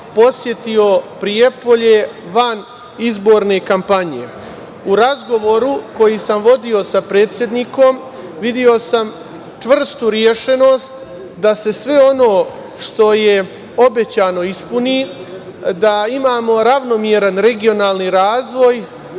posetio Prijepolje van izborne kampanje.U razgovoru koji sam vodio sa predsednikom video sam čvrstu rešenost da se sve ono što je obećano ispuni, da imamo ravnomeran regionalni razvoj